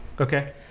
Okay